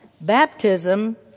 baptism